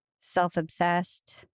self-obsessed